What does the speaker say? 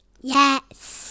yes